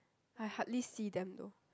I hardly see them though